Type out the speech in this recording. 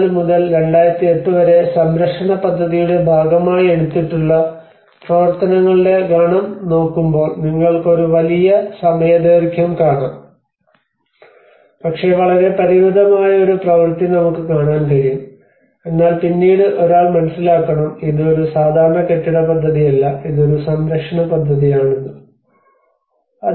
1954 മുതൽ 2008 വരെ സംരക്ഷണ പദ്ധതിയുടെ ഭാഗമായി എടുത്തിട്ടുള്ള പ്രവർത്തനങ്ങളുടെ ഗണം നോക്കുമ്പോൾ നിങ്ങൾക്ക് ഒരു വലിയ സമയദൈർഘ്യം കാണാം പക്ഷേ വളരെ പരിമിതമായ ഒരു പ്രവൃത്തി നമുക്ക് കാണാൻ കഴിയും എന്നാൽ പിന്നീട് ഒരാൾ മനസ്സിലാക്കണം ഇത് ഒരു സാധാരണ കെട്ടിട പദ്ധതിയല്ല ഇത് ഒരു സംരക്ഷണ പദ്ധതിയാണ് എന്ന്